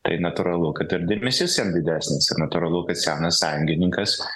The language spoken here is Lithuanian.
tai natūralu kad ir dėmesys jam didesnis ir natūralu kad senas sąjungininkas